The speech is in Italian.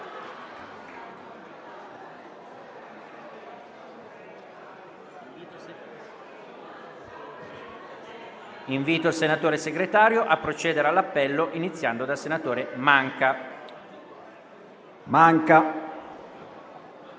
Invito il senatore Segretario a procedere all'appello, iniziando dal senatore Manca.